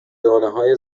دانههای